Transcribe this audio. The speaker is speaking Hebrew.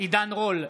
עידן רול,